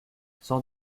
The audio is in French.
sans